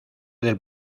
del